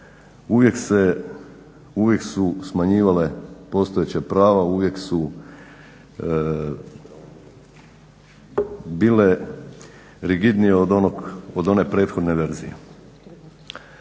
uvijek su smanjivale postojeća prava, uvijek su bile rigidnije od one prethodne verzije.